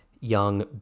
Young